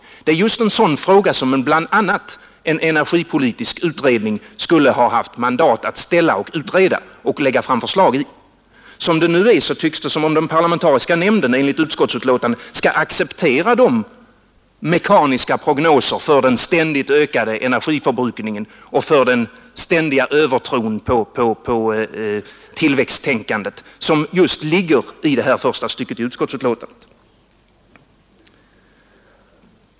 Det är just en sådan fråga som bl.a. en energipolitisk utredning skulle haft mandat att ställa och utreda och lägga fram förslag i. Som det nu är tycks det som om parlamentariska nämnden enligt utskottsbetänkandet skall acceptera de mekaniska prognoser för den ständigt ökande energiförbrukningen och för den ständiga övertron på tillväxttänkandet som ligger i första stycket i utskottsbetänkandet.